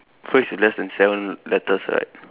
phrase is less than seven letters right